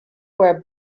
where